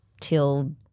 till